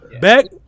Back